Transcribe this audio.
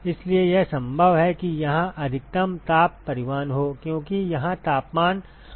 इसलिए यह संभव है कि यहां अधिकतम ताप परिवहन हो क्योंकि यहां तापमान अधिकतम हो जाता है